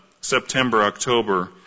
September-October